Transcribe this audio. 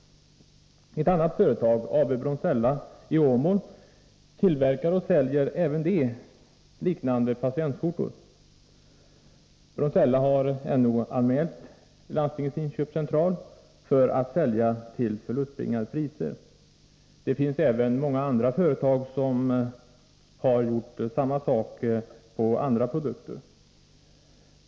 Ett annat företag, AB Bronzella i Åmål, tillverkar och säljer liknande patientskjortor. Bronzella har NO-anmält Landstingens inköpscentral för att de säljer till förlustbringande priser. Även andra företag har gjort samma sak i fråga om andra produkter.